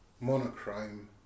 monochrome